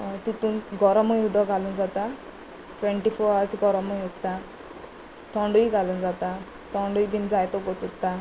तितूंत गरमूय उदक घालूंक जाता ट्वेंटी फोर आवर्स गोरमूय उरता थंडूय घालूंक जाता थंडूय बी जाय तो वगत उरता